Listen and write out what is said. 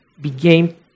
began